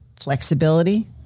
flexibility